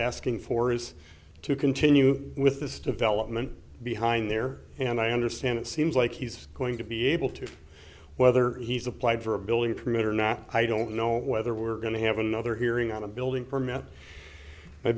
asking for is to continue with this development behind there and i understand it seems like he's going to be able to whether he's applied for a building permit or not i don't know whether we're going to have another hearing on the building permit my